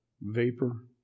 vapor